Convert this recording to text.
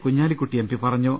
Kunhalikutty M P പറഞ്ഞു